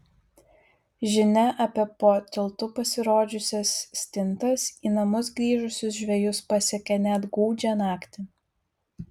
žinia apie po tiltu pasirodžiusias stintas į namus grįžusius žvejus pasiekia net gūdžią naktį